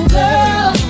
girl